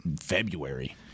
February